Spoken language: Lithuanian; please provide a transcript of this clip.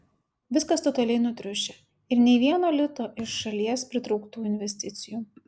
viskas totaliai nutriušę ir nei vieno lito iš šalies pritrauktų investicijų